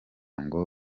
ngo